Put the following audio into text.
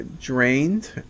drained